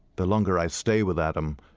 the longer i stay with adam,